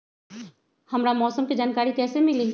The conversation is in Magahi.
हमरा मौसम के जानकारी कैसी मिली?